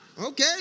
okay